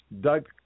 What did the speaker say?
Doug